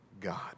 God